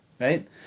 right